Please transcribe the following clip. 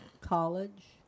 college